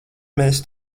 mēs